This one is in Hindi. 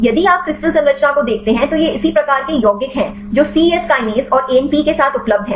यदि आप क्रिस्टल संरचना को देखते हैं तो ये इसी प्रकार के यौगिक हैं जो सी यस काइनेज और एएनपी के साथ उपलब्ध हैं